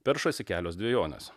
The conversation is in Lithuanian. peršasi kelios dvejonės